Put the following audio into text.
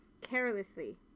carelessly